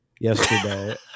yesterday